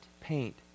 paint